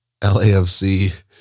LAFC